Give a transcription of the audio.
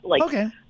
Okay